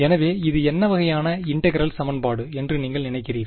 எனவே இது என்ன வகையான இன்டெகிரல் சமன்பாடு என்று நீங்கள் நினைக்கிறீர்கள்